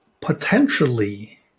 potentially